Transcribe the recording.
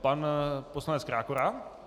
Pan poslanec Krákora.